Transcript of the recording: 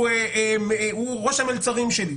הוא ראש המלצרים שלי,